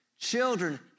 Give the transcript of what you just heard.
Children